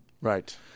Right